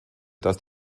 dass